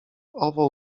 owo